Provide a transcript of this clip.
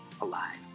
alive